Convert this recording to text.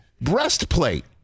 breastplate